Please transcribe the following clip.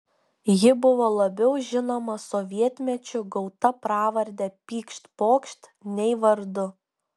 ji buvo labiau žinoma sovietmečiu gauta pravarde pykšt pokšt nei vardu